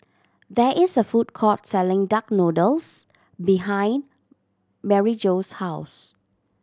there is a food court selling duck noodles behind Maryjo's house